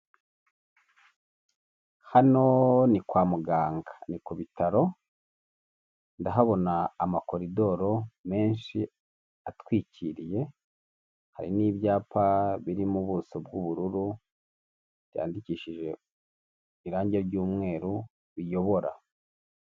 Hano ni kwa muganga ni kutaro ndahabona amakoridoro menshi atwikiriye, hari n'ibyapa birimo mu buso bw'ubururu byandikishije irangi ry'umweru biyobora.